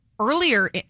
earlier